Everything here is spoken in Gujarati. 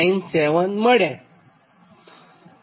997 મળે છે